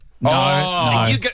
No